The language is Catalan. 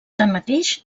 tanmateix